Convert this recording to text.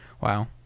Wow